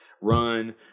run